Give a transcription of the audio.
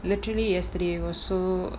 literally yesterday it was so